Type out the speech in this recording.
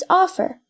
offer